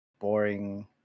boring